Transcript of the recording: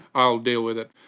i'll deal with it.